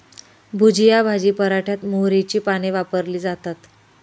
भुजिया भाजी पराठ्यात मोहरीची पाने वापरली जातात